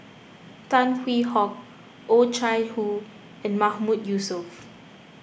Tan Hwee Hock Oh Chai Hoo and Mahmood Yusof